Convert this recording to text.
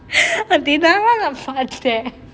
அதேதான்:athethaan lah நான் பார்த்தேன்:naan paarthaen